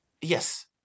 Yes